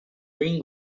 ring